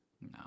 No